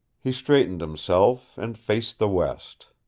he straightened himself, and faced the west.